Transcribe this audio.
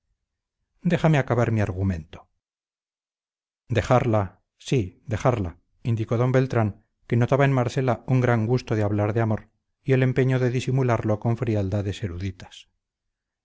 déjame acabar mi argumento dejarla sí dejarla indicó d beltrán que notaba en marcela un gran gusto de hablar de amor y el empeño de disimularlo con frialdades eruditas